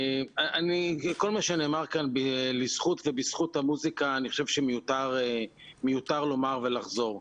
כל מה שנאמר כאן לזכות ובזכות המוסיקה אני חושב שמיותר לומר ולחזור.